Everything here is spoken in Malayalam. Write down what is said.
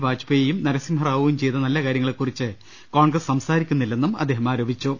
വാജ്പേയിയും നരസിംഹറാ വുവും ചെയ്ത നല്ല കാര്യങ്ങളെക്കുറിച്ച് കോൺഗ്രസ് സംസാ രിക്കുന്നില്ലെന്നും അദ്ദേഹം ആരോപിച്ചു